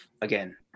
again